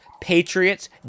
Patriots